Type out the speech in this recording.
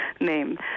name